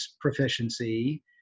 proficiency